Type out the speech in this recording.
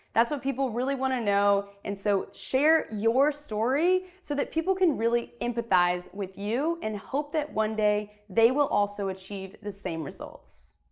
that's what people really wanna know, and so share your story, so that people can really empathize with you and hope that one day they will also achieve the same results.